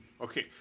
Okay